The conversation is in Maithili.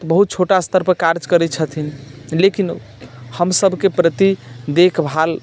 बहुत छोटा स्तरपर कार्य करैत छथिन लेकिन हमसभके प्रति देखभाल